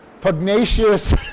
pugnacious